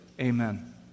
Amen